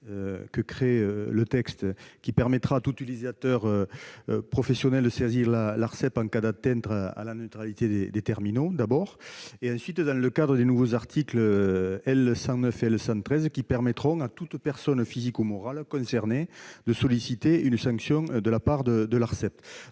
par le texte, qui permettra à tout utilisateur professionnel de saisir l'Arcep en cas d'atteinte à la neutralité des terminaux, et ensuite dans le cadre des nouveaux articles L. 109 et L. 113 du même code, grâce auxquels toute personne physique ou morale concernée pourra solliciter une sanction de la part de l'Arcep.